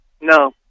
No